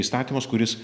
įstatymas kuris